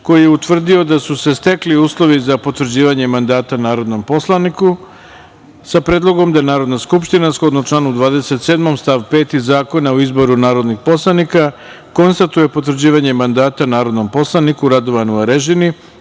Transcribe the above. koji je utvrdio da su se stekli uslovi za potvrđivanje mandata narodnom poslaniku, sa predlogom da Narodna skupština, shodno članu 27. stav 5. Zakona o izboru narodnih poslanika, konstatuje potvrđivanje mandata narodnom poslaniku Radovanu Arežini,